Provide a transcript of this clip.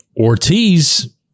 Ortiz